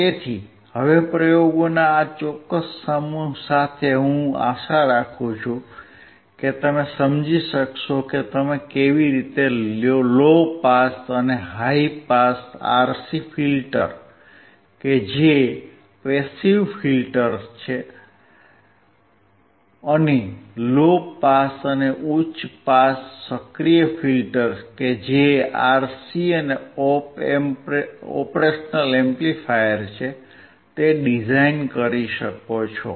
તેથી હવે પ્રયોગોના આ ચોક્કસ સમૂહ સાથે હું આશા રાખું છું કે તમે સમજી શકશો કે તમે કેવી રીતે લો પાસ અને હાઇ પાસ RC ફિલ્ટર કે જે પેસીવ ફિલ્ટર્સ છે અને લો પાસ અને ઉચ્ચ પાસ સક્રિય ફિલ્ટર્સ કે જે RC અને ઓપ એમ્પ છે તે ડિઝાઇન કરી શકો છો